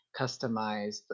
customize